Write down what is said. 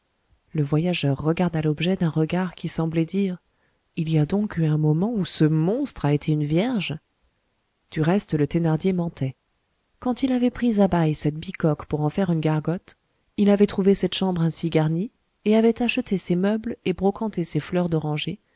le voyageur regarda l'objet d'un regard qui semblait dire il y a donc eu un moment où ce monstre a été une vierge du reste le thénardier mentait quand il avait pris à bail cette bicoque pour en faire une gargote il avait trouvé cette chambre ainsi garnie et avait acheté ces meubles et brocanté ces fleurs d'oranger